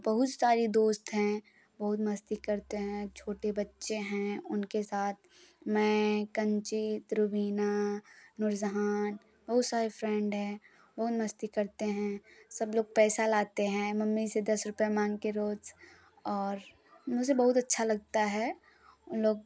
बहुत सारी दोस्त हैं बहुत मस्ती करते हैं छोटे बच्चे हैं उनके साथ मैं कंचित रुबीना नूरजहाँ बहुत सारे फ्रेंड हैं बहुत मस्ती करते हैं सब लोग पैसा लाते हैं मम्मी से दस रुपया मांग के रोज और मुझे बहुत अच्छा लगता है उन लोग